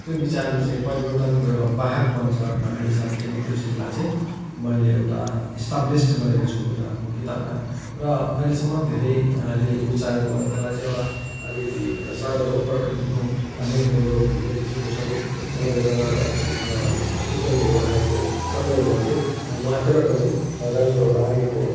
त्यो विचारले चाहिँ परिवर्तनको एउटा वाहक बन्छ भन्ने हिसाबले चाहिँ म त्यो चिजलाई चाहिँ मैले एउटा स्टाब्लिस्ड गरेको छु मेरो आफ्नो किताबमा र अहिलेसम्म धेरै ले रुचाएको र त्यसलाई चाहिँ एउटा अलिकति सार्वभौम प्रकृतिको लेख हो यो भन्ने किसिमको समेत समालोचनागत टिप्पणीहरू आएको सन्दर्भमा चाहिँ म आफैलाई पनि राम्रो लागेको हो